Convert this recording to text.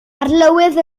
arlywydd